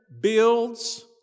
builds